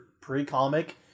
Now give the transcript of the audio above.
pre-comic